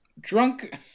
drunk